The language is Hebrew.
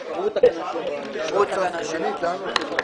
התקנות אושרו.